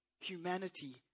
Humanity